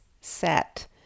set